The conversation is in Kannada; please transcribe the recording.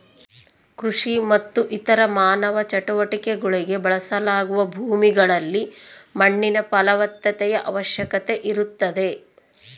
ಕೃಷಿ ಮತ್ತು ಇತರ ಮಾನವ ಚಟುವಟಿಕೆಗುಳ್ಗೆ ಬಳಸಲಾಗುವ ಭೂಮಿಗಳಲ್ಲಿ ಮಣ್ಣಿನ ಫಲವತ್ತತೆಯ ಅವಶ್ಯಕತೆ ಇರುತ್ತದೆ